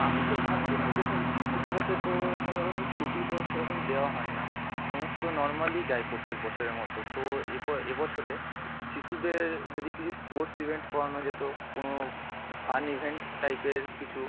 আমি তো ভাবছিলাম দেখুন শিশু দিবসে তো কোনো রকম ছুটি তো সেরকম দেওয়া হয় না সমস্ত নর্মালি যায় প্রত্যেক বছরের মতো তো এ ব এ বছরে শিশুদের যদি কিছু স্পোর্টস ইভেন্ট করানো যেত কোনো ফান ইভেন্ট টাইপের কিছু